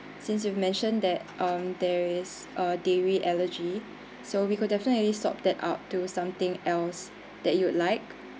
since you mentioned that um there is a dairy allergy so we could definitely sort that out to something else that you would like